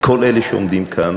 כל אלה שעומדים כאן